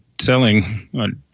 selling